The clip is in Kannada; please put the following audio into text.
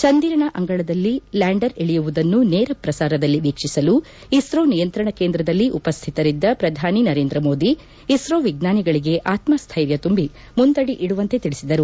ಚಂದಿರನ ಅಂಗಳದಲ್ಲಿ ಲ್ನಾಂಡರ್ ಇಳಿಯುವುದನ್ನು ನೇರ ಪ್ರಸಾರದಲ್ಲಿ ವೀಕ್ಷಿಸಲು ಇಸ್ತೋ ನಿಯಂತ್ರಣ ಕೇಂದ್ರದಲ್ಲಿ ಉಪ್ಖತರಿದ್ದ ಪ್ರಧಾನಿ ನರೇಂದ್ರ ಮೋದಿ ಇಸ್ತೋ ವಿಜ್ವಾನಿಗಳಿಗೆ ಆತ್ಮ ಸ್ಟೆರ್ಯ ತುಂಬಿ ಮುಂದಡಿ ಇಡುವಂತೆ ತಿಳಿಸಿದರು